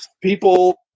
people